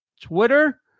Twitter